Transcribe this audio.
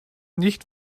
nicht